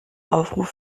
aufruf